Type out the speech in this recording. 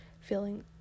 feeling